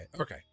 okay